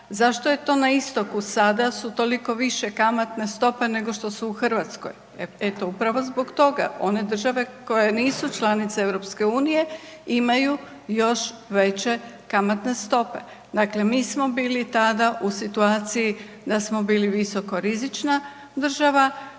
Zašto je to na istoku sada su toliko više kamatne stope nego što u Hrvatskoj? Eto, upravo zbog toga, one države koje nisu članice EU imaju još veće kamatne stope. Dakle, mi smo bili tada u situaciji da smo bili visokorizična država,